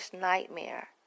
nightmare